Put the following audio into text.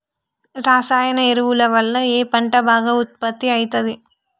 రసాయన ఎరువుల వల్ల ఏ పంట బాగా ఉత్పత్తి అయితది?